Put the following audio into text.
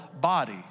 body